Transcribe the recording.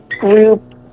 group